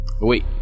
Wait